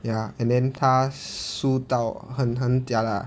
ya and then 他输到很很 jialat ah